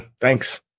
thanks